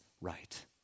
right